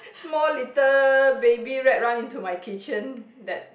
small little baby rat run into my kitchen that